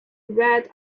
red